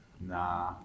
Nah